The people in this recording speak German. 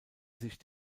sich